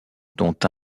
dont